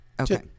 Okay